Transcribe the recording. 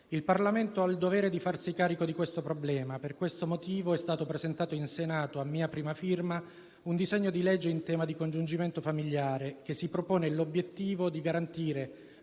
Il Parlamento ha il dovere di farsi carico di questo problema. Per questo motivo è stato presentato in Senato, a mia prima firma, un disegno di legge in tema di «congiungimento famigliare», che si propone l'obiettivo di garantire